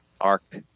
arc